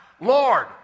Lord